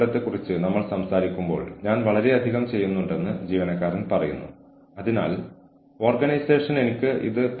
ഫലപ്രദമായ ഓറിയന്റേഷൻ പ്രോഗ്രാമുകൾ ജീവനക്കാരെ ഓർഗനൈസേഷന്റെ പ്രതീക്ഷകളിലേക്ക് നയിക്കുന്നു